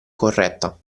corretta